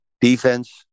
defense